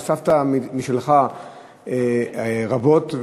הוספת משלך רבות,